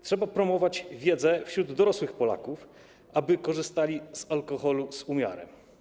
Trzeba promować wiedzę wśród dorosłych Polaków, aby korzystali z alkoholu z umiarem.